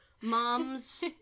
moms